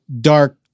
dark